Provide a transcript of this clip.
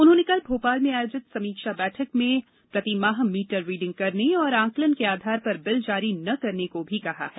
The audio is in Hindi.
उन्होंने कल भोपाल में आयोजित समीक्षा बैठक में प्रतिमाह मीटर रीडिंग करने और आंकलन के आधार पर बिल जारी न करने को भी कहा है